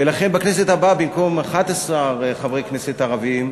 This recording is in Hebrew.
ולכן בכנסת הבאה במקום 11 חברי כנסת ערבים,